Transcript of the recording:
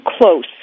close